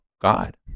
God